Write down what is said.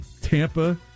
Tampa